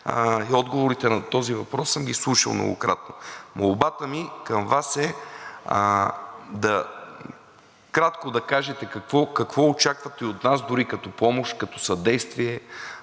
и отговорите на този въпрос съм ги слушал, многократно. Молбата ми към Вас е кратко да кажете какво очаквате и от нас дори като помощ, като съдействие,